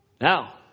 Now